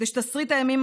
היוהרה.